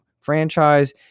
franchise